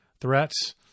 Threats